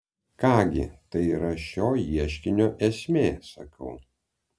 ką gi tai ir yra šio ieškinio esmė sakau